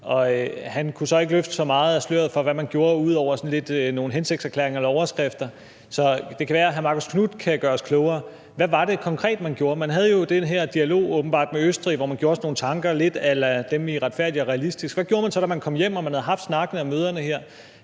han kunne så ikke løfte så meget af sløret for, hvad man gjorde, ud over at komme med nogle hensigtserklæringer eller nogle overskrifter, så det kan være, at hr. Marcus Knuth kan gøre os klogere på det. Hvad var det konkret, man gjorde? Man havde jo åbenbart den her dialog med Østrig, hvor man gjorde sig nogle tanker lidt a la dem i »Retfærdig og realistisk«. Hvad gjorde man så, da man kom hjem og man havde haft snakkene og møderne her?